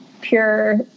pure